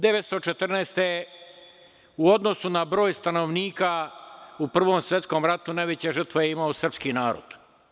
Godine 1914. u odnosu na broj stanovnika u Prvom svetskom ratu najveće žrtve je imao srpski narod.